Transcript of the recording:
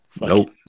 Nope